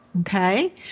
okay